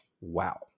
Wow